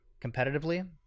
competitively